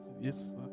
Yes